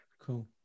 Cool